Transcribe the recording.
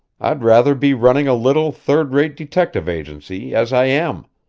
i'd rather be running a little, third-rate detective agency as i am,